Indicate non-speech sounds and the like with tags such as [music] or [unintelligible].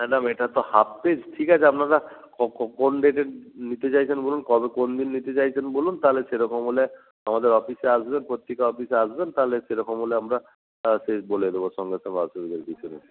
madam এটা তো half page ঠিক আছে আপনারা কোন ডেটে নিতে চাইছেন বলুন কবে কোন দিন দিতে চাইছেন বলুন তাহলে সেরকম হলে আমাদের অফিসে আসবেন পত্রিকা অফিসে আসবেন তাহলে সেরকম হলে আমরা [unintelligible] পেজ বলে দেবো সঙ্গে সঙ্গে অসুবিধার কিছু নেই